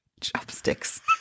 Chopsticks